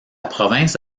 province